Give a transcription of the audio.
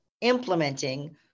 implementing